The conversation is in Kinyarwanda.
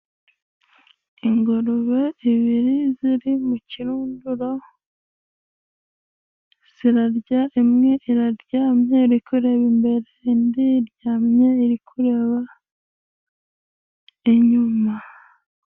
Ingurube ebyiri ziri mu kirunduro, zirarya, imwe iraryamye, iri kureba imbere, indi iryamye iri kureba inyuma.